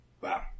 Wow